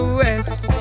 west